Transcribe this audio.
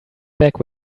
back